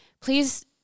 please